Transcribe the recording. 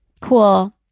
cool